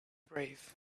brave